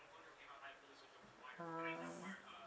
ah